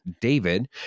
david